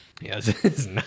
Yes